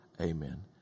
Amen